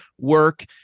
work